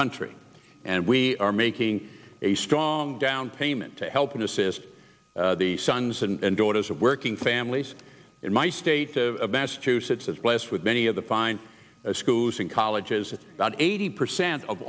country and we are making a strong downpayment to help and assist the sons and daughters of working families in my state of massachusetts is blessed with many of the fine as schools and colleges about eighty percent of